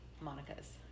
Monica's